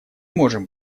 можем